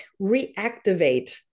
reactivate